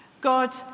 God